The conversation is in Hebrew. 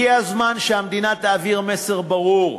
הגיע הזמן שהמדינה תעביר מסר ברור: